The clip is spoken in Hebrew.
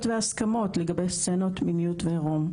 וההסכמות לגבי סצנות מיניות ועירום.